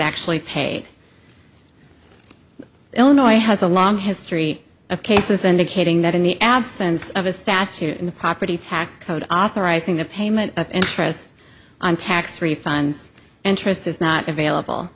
actually paid illinois has a long history of cases indicating that in the absence of a statute in the property tax code authorizing a payment of interest on tax refunds interest is not available